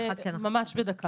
כן, ממש בדקה.